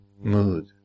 mood